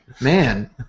Man